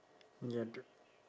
ya